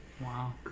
Wow